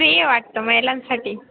free आहे वाटतं महिलांसाठी